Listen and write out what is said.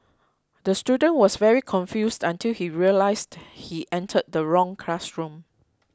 the student was very confused until he realised he entered the wrong classroom